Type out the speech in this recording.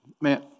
Man